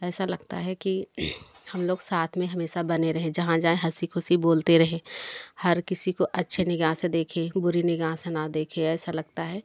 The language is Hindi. ऐसा लगता है कि हम लोग साथ में हमेशा बने रहे जहाँ जाए हंसी खुशी बोलते रहे हर किसी को अच्छे निगाह से देखे बुरी निगाह से ना देख ऐसा लगता है